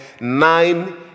nine